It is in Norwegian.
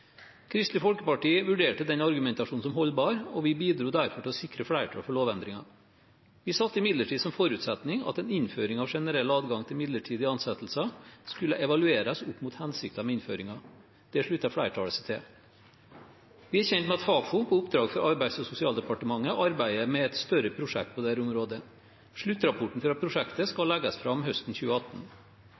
Kristelig Folkeparti vurderte den argumentasjonen som holdbar, og vi bidro derfor til å sikre flertall for lovendringen. Vi satte imidlertid som forutsetning at en innføring av generell adgang til midlertidige ansettelser skulle evalueres opp mot hensikten med innføringen. Det sluttet flertallet seg til. Vi er kjent med at Fafo på oppdrag fra Arbeids- og sosialdepartementet arbeider med et større prosjekt på dette området. Sluttrapporten fra prosjektet skal legges fram høsten 2018.